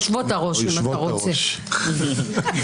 פנינה,